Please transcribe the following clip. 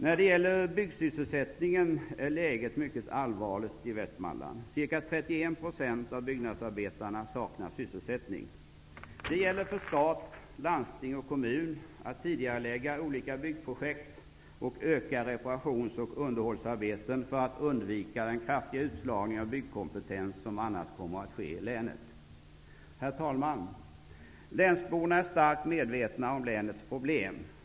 När det gäller byggsysselsättningen är läget mycket allvarligt i Västmanland. Ca 31 procent av byggnadsarbetarna saknar sysselsättning. Det gäller för stat, landsting och kommun att tidigarelägga olika byggprojekt och öka reparations och underhållsarbeten för att undvika den kraftiga utslagning av byggkompetens som annars kommer att ske i länet. Herr talman! Länsborna är starkt medvetna om länets problem.